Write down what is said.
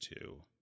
two